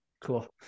Cool